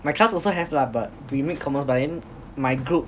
my class also have lah but we make commerce but then my group